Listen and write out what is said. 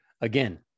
Again